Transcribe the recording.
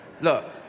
Look